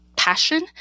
Passion